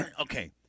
okay